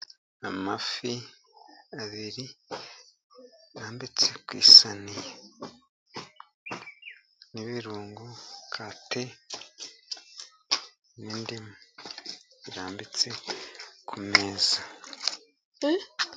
Amafi abiri arambitse ku isiniya, n'ibirungo nka te, n'indimu birambitse ku meza.